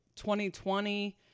2020